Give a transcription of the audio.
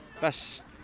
Best